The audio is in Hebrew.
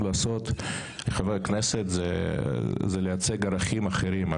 לעשות כחברי כנסת זה לייצג ערכים אחרים,